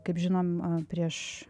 kaip žinom prieš